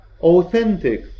authentic